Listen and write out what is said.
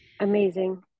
Amazing